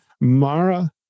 Mara